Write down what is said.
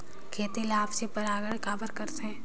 खेती ला आपसी परागण काबर करथे?